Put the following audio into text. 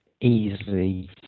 easily